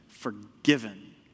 forgiven